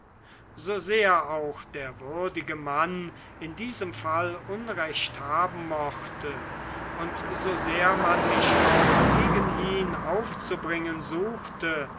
so sehr auch der würdige mann in diesem fall unrecht haben machte und so sehr man mich auch gegen ihn aufzubringen suchte